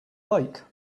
lake